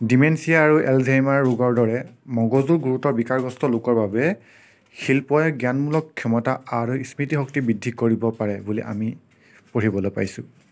dementia আৰু Alzheimer ৰোগৰ দৰে মগজুৰ গুৰুতৰ বিকাৰগ্ৰস্ত লোকৰ বাবে শিল্পয়ে জ্ঞানমূলক ক্ষমতা আৰু স্মৃতিশক্তি বৃদ্ধি কৰিব পাৰে বুলি আমি পঢ়িবলৈ পাইছোঁ